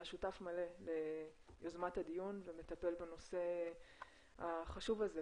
שותף מלא ליוזמת הדיון ומטפל בנושא החשוב הזה,